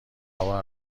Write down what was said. هوا